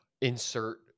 insert